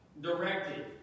directed